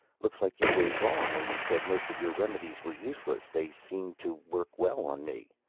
looks like you were wrong when you said most of your remedies were useless they seemed to work well on me.